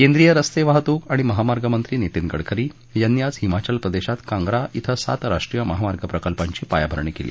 केंद्रीय रस्ते वाहतूक आणि महामार्ग मंत्री नितीन गडकरी यांनी आज हिमाचल प्रदेशात कंगरा धिं सात राष्ट्रीय महामार्ग प्रकल्पांची पायाभरणी केली